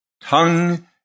tongue